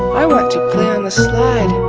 i want to play on the slide.